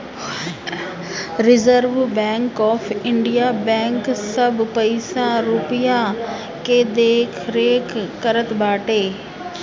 reserve bank of India bank सब पईसा रूपया के देखरेख करत बाटे